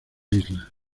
isla